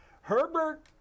Herbert